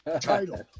Title